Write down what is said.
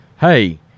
Hey